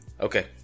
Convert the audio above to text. okay